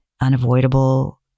unavoidable